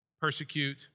persecute